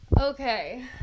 Okay